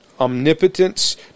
omnipotence